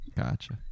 Gotcha